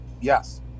Yes